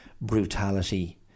brutality